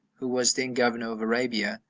who was then governor of arabia,